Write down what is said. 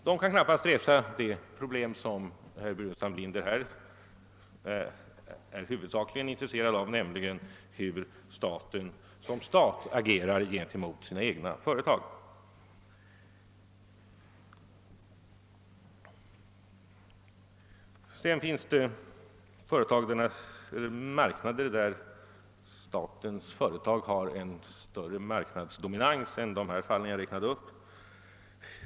De kan knappast resa det problem som herr Burenstam Linder huvudsakligen är in tresserad av, nämligen hur staten såsom myndighet agerar gentemot sina egna företag i jämförelse med andra företag. Vidare finns det marknader där statens företag har en större dominans än i de fall som jag nämnde.